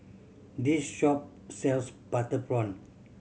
this shop sells butter prawn